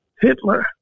Hitler